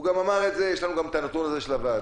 הוא אמר את זה, יש לנו גם את הנתון הזה של הוועדה.